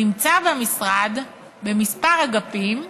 הנמצא במשרד במספר אגפים,